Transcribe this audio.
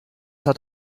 hat